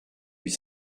huit